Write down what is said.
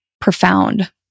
profound